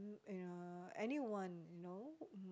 uh any one you know